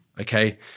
okay